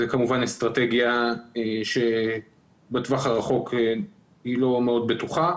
זאת כמובן אסטרטגיה שבטווח הרחוק היא לא מאוד בטוחה,